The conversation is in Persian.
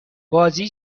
بازی